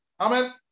Amen